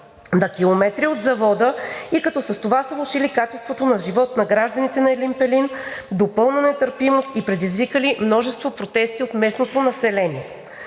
на километри от завода, като с това са влошили качеството на живот на гражданите на Елин Пелин до пълна нетърпимост и предизвикали множество протести от местното население.